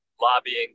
lobbying